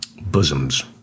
Bosoms